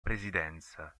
presidenza